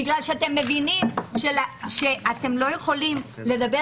בגלל שאתם מבינים שאתם לא יכולים לדבר